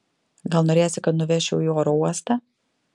gal norėsi kad nuvežčiau į oro uostą